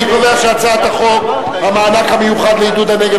אני קובע שהצעת חוק מענק מיוחד לעידוד הנגב